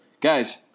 guys